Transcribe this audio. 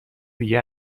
دیگه